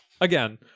again